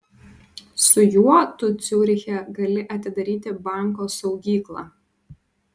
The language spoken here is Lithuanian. su juo tu ciuriche gali atidaryti banko saugyklą